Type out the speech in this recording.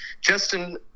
Justin